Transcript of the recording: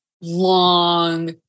long